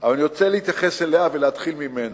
אבל אני רוצה להתייחס אליה ולהתחיל ממנה.